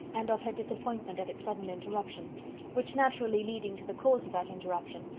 and of her disappointment at its sudden interruption which naturally leading to the cause of that interruption,